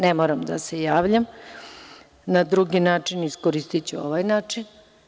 Ne moram da se javljam na drugi način, iskoristiću ovaj način.